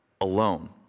alone